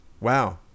Wow